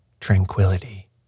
tranquility